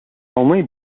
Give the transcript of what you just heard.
only